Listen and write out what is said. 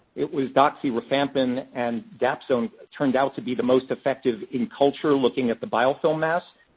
it was doxy, rifampin, and dapsone turned out to be the most effective in culture looking at the biofilm mass.